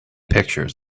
pictures